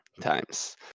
times